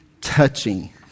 touching